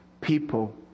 people